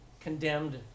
condemned